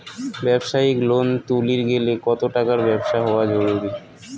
ব্যবসায়িক লোন তুলির গেলে কতো টাকার ব্যবসা হওয়া জরুরি?